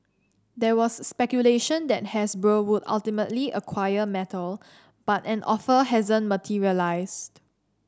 there was speculation that Hasbro would ultimately acquire Mattel but an offer hasn't materialised